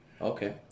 Okay